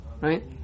right